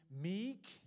meek